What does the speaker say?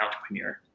entrepreneur